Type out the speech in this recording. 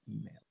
email